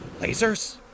lasers